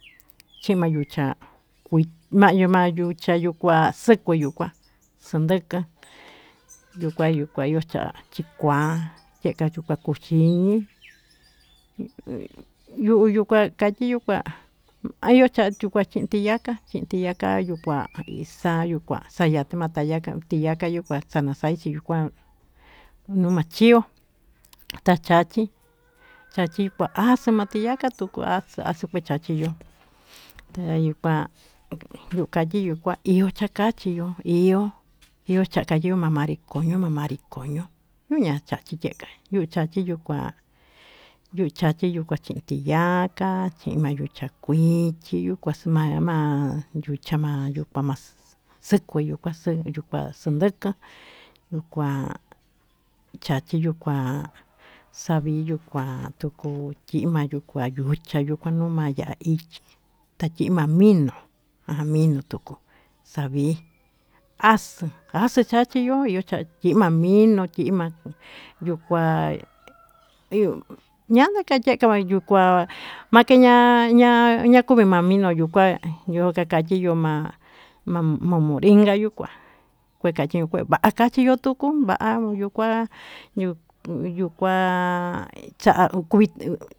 Chi'ma yucha kui ma'ñu ma yucha x+ku+ yukua s+nd+k+ yukua yukua io cha'an chikua tye'ka yukua kusiñi yu'u yukua katyi yukua io cha'an chi'i tiyaka chi'i tiyaka yukua isa sayate tayaka tiyaka yukua sanasai yukua numa chio ta chachi ta chachi as+ ma tiyaka tuku as+ as+ kue chachiyo ta yukua yu'u katyi yukua io chakachiyo io iocha'a katyiyo mamari koño mamari koño yu'u ña chachi tye'ka yu'u chachi yukua yu'u chachi yukua chi'i tiyaka chi'i tiyaka chi'i ma yucha kuichi yukua ma ma yucha ma s+ku+ yukua s+nd+k+ yukua chachi yukua savi yukua tuku tyi'i ma yucha numa ya'a ityi ta ityi ma mino aju mino tuku savi as+ as+ chachiyo io cha'an tyi'i ma mino tyi'i ma yukua ñand+ka tye'ka me yukua make ñaña ñakuvi ma mino yukua yoso kaktyiyo ma moringa yukua kue katyiñu kue va'a kachiyo tuku va'a yukua yukua cha'a kuvi.